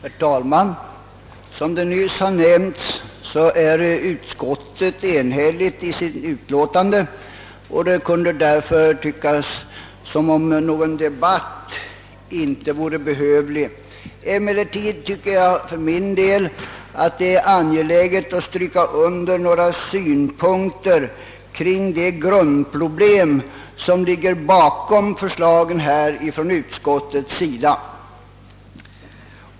Herr talman! Som nyss nämnts är utskottet enhälligt, och det kunde därför tyckas att någon debatt inte är behövlig. Emellertid anser jag för min del att det är angeläget att understryka några synpunkter kring det grundproblem som ligger bakom utskottets förslag.